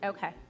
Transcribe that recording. Okay